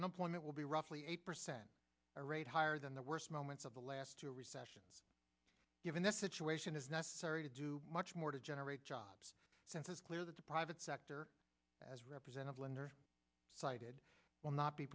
unemployment will be roughly eight percent a rate higher than the worst moments of the last year recession given this situation is necessary to do much more to generate jobs since it's clear that the private sector as represented lender cited will not be